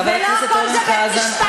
חבר הכנסת אורן חזן,